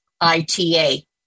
ITA